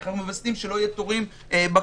איך מווסתים שלא יהיו תורים בכניסה,